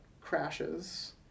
crashes